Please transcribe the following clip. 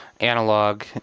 Analog